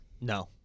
no